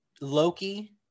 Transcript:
Loki